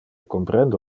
comprende